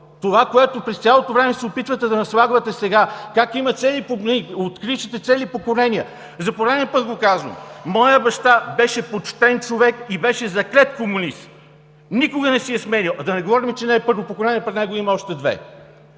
Това, което Вие през цялото време се опитвате да наслагвате сега – отричате цели поколения! За пореден път го казвам: моят баща беше почтен човек и беше заклет комунист. Никога не си е сменил партията. Да не говорим, че не е първо поколение, преди него има още двама.